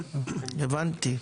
הבנתי.